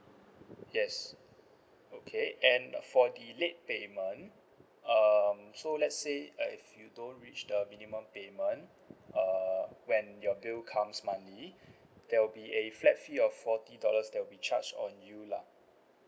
yes okay and for the late payment um so let's say uh if you don't reach the minimum payment err when your bill comes monthly there will be a flat fee of forty dollars that'll be charged on you lah